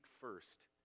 first